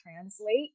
translate